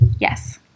Yes